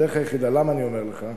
למה אני אומר לך?